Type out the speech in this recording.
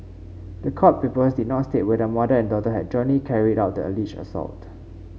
the court papers did not state whether mother and daughter had jointly carried out the alleged assault